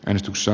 enstossa